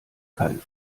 kein